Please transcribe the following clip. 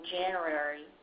January